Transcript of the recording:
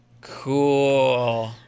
cool